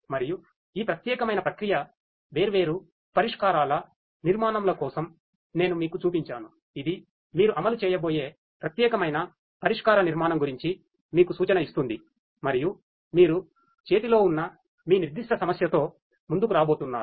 మరియు ఈ ప్రత్యేకమైన ప్రక్రియ వేర్వేరు పరిష్కారాల నిర్మాణంల కోసం నేను మీకు చూపించాను ఇది మీరు అమలు చేయబోయే ప్రత్యేకమైన పరిష్కార నిర్మాణం గురించి మీకు సూచన ఇస్తుంది మరియు మీరు చేతిలో ఉన్న మీ నిర్దిష్ట సమస్య తో ముందుకు రాబోతున్నారు